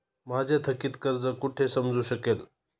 माझे थकीत कर्ज कुठे समजू शकेल?